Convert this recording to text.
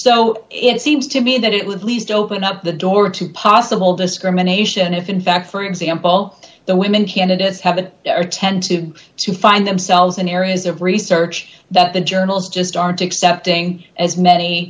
so it seems to me that it would least open up the door to possible discrimination if in fact for example the women candidates have an attentive to find themselves in areas of research that the journals just aren't accepting as many